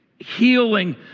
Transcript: healing